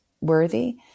worthy